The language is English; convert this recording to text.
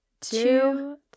two